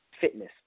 fitness